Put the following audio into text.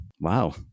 Wow